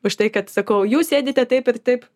už tai kad sakau jūs sėdite taip ir taip